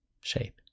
shape